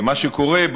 מה שקורה,